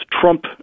Trump